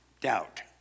doubt